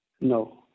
No